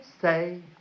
say